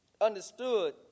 understood